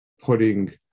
putting